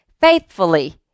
faithfully